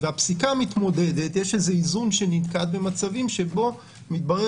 והפסיקה מתמודדת יש איזון שננקט במצבים שבו מתברר